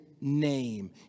name